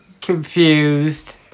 Confused